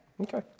Okay